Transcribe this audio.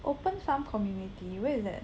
open farm community where is that